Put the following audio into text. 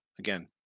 Again